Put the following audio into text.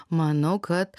manau kad